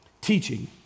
teaching